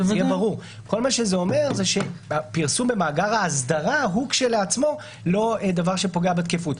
זה רק אומר שהפרסום במאגר האסדרה הוא כשלעצמו לא דבר שפוגע בתקפות.